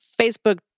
Facebook